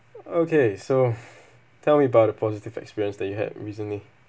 okay so tell me about the positive experience that you had recently